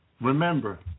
Remember